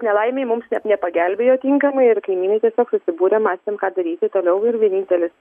nelaimei mums nepagelbėjo tinkamai ir kaimynai tiesiog susibūrėm mąstėm ką daryti toliau ir vienintelis